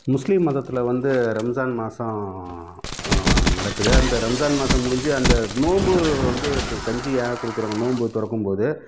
முஸ்லீம் மதத்தில் வந்து ரம்ஸான் மாதம் நடக்குது அந்த ரம்ஸான் மாதம் முடிஞ்சு அந்த நோம்பு வந்து கஞ்சியாக கொடுக்குறாங்க நோம்பு திறக்கும்போது